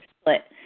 split